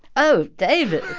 oh, david